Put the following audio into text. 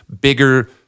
bigger